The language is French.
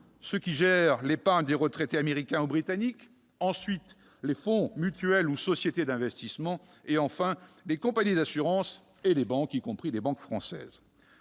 ceux qui gèrent l'épargne des retraités américains ou britanniques, ensuite les fonds mutuels ou sociétés d'investissement et, enfin, les compagnies d'assurances et les banques, y compris françaises.